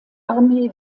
armee